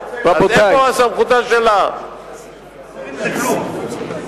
הבעיה שחסר שמות?